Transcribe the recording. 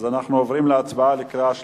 אנחנו עוברים להצבעה בקריאה שלישית,